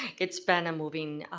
it's been a moving,